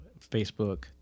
Facebook